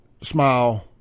smile